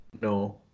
No